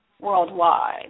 Worldwide